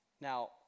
Now